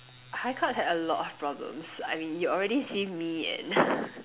high club had a lot of problems I mean you already seen me and